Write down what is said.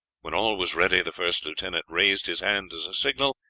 when all was ready the first lieutenant raised his hand as a signal,